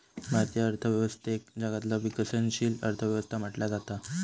भारतीय अर्थव्यवस्थेक जगातला विकसनशील अर्थ व्यवस्था म्हटला जाता